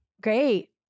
great